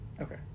okay